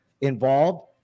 involved